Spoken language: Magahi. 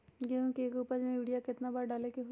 गेंहू के एक फसल में यूरिया केतना बार डाले के होई?